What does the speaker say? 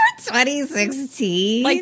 2016